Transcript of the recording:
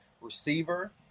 Receiver